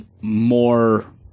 more